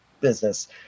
business